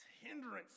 hindrance